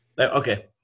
Okay